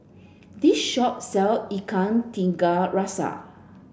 this shop sell Ikan Tiga Rasa